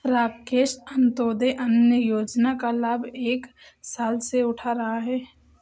राकेश अंत्योदय अन्न योजना का लाभ एक साल से उठा रहा है